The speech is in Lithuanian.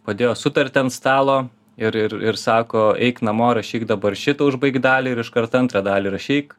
padėjo sutartį ant stalo ir ir ir sako eik namo rašyk dabar šitą užbaik dalį ir iškart antrą dalį rašyk